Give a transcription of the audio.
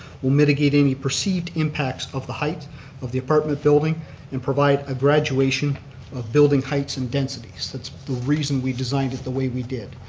will mitigate any perceived impacts of the height of the apartment building and provide a graduation of building heights and densities. that's the reason we designed it the way we did.